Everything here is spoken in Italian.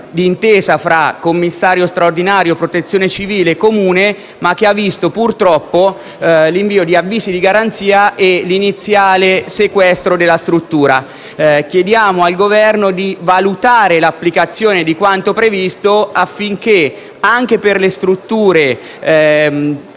d'intesa tra il commissario straordinario, la Protezione civile e il Comune. La vicenda, purtroppo, ha visto l'invio di avvisi di garanzie e l'iniziale sequestro della struttura. Chiediamo al Governo di valutare l'applicazione di quanto previsto dall'ordinanza anche per le strutture